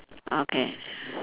okay